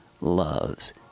loves